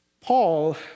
Paul